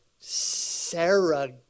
Sarah